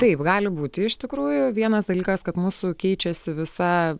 taip gali būti iš tikrųjų vienas dalykas kad mūsų keičiasi visa